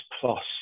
plus